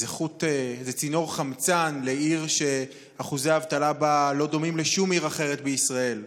זה צינור חמצן לעיר שאחוזי האבטלה בה לא דומים לשום עיר אחרת בישראל.